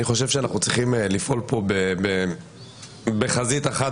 אני חושב שאנחנו צריכים לפעול פה בחזית אחת